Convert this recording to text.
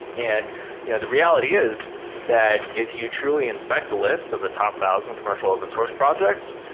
and you know the reality is that if you truly inspect the list of the top thousand commercial open source projects,